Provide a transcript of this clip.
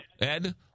Ed